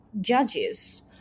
judges